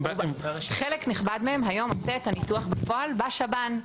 חלק נכבד מהם היום עושה את הניתוח בפועל בשב"ן,